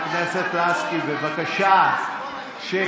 חברת הכנסת לסקי, בבקשה שקט.